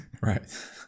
Right